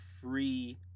free